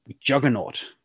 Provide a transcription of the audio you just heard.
juggernaut